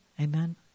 Amen